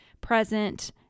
present